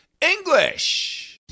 English